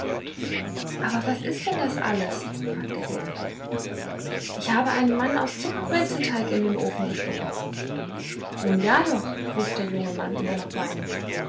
aber was ist denn das alles fragte sie endlich ich habe einen mann aus zuckerbrezelteig in den ofen geschoben nun ja doch rief der junge mann immer noch weinend